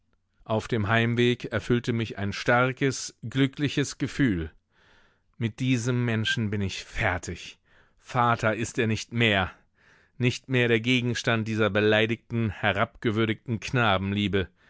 auf dem heimweg erfüllte mich ein starkes glückliches gefühl mit diesem menschen bin ich fertig vater ist er nicht mehr nicht mehr der gegenstand dieser beleidigten herabgewürdigten